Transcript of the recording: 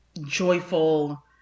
joyful